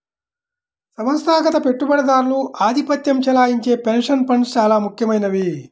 సంస్థాగత పెట్టుబడిదారులు ఆధిపత్యం చెలాయించే పెన్షన్ ఫండ్స్ చాలా ముఖ్యమైనవి